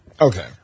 Okay